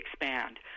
expand